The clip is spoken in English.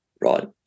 right